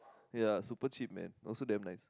ya super cheap man also damn nice